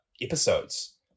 episodes